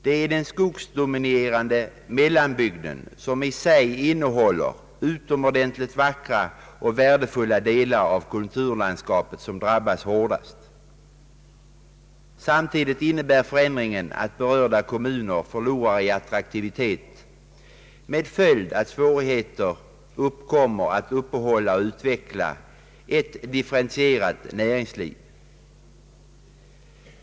Det är den skogsdominerade mellanbygden som i sig innehåller utomordentligt vackra och värdefulla delar av kulturlandskapet som drabbas hårdast. Samtidigt innebär förändringen att berörda kommuner förlorar i attraktivitet med följd att svårigheter uppkommer att uppehålla och utveckla ett differentierat näringsliv.